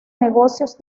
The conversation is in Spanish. negocios